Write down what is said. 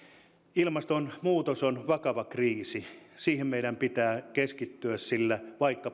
ilmastonmuutos on vakava kriisi siihen meidän pitää keskittyä sillä vaikka